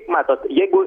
matot jeigu